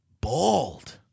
Bald